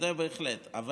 אבל